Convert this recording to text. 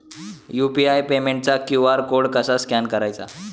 UPI पेमेंटचा QR code कसा scan करायचा?